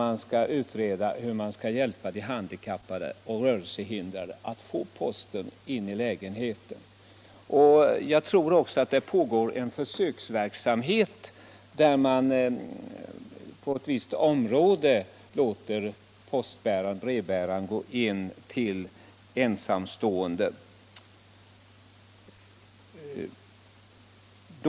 Man skall utreda hur man skall hjälpa de handikappade och rörelsehindrade att få posten in i lägenheten. Jag tror att det också inom ett visst område pågår en försöksverksamhet med att låta brevbäraren gå in till ensamstående och handikappade.